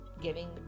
giving